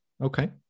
Okay